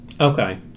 Okay